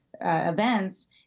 events